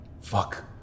Fuck